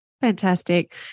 Fantastic